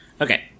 Okay